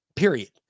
period